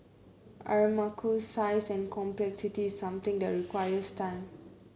Aramco's size and complexity is something that requires time